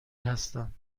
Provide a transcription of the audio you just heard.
هستم